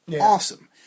awesome